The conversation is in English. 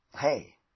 hey